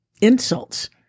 insults